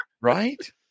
Right